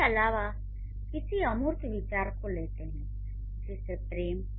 इसके अलावा किसी अमूर्त विचार को लेते हैं जैसे प्रेम